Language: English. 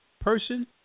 person